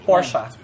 Porsche